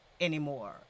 anymore